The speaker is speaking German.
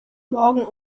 morgen